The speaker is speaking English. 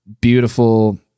beautiful